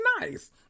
nice